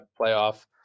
playoff